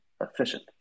efficient